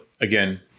again